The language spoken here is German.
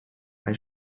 bei